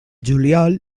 juliol